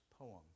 poem